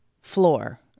floor